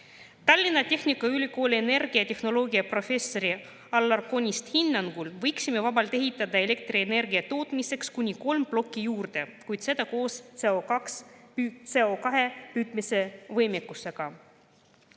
Tallinna Tehnikaülikooli energiatehnoloogia professori Alar Konisti hinnangul võiksime vabalt ehitada elektrienergia tootmiseks kuni kolm plokki juurde, kuid seda koos CO2püüdmise võimekusega.